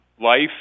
life